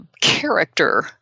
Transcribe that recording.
character